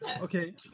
Okay